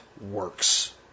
works